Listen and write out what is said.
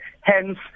hence